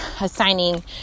assigning